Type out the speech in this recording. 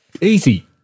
Easy